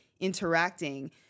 interacting